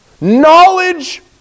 Knowledge